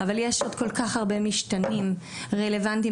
אבל יש עוד כל כך הרבה משתנים שהם כמובן רלוונטיים